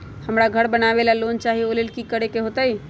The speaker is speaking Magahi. हमरा घर बनाबे ला लोन चाहि ओ लेल की की करे के होतई?